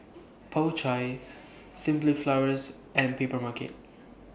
Po Chai Simply Flowers and Papermarket